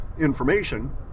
information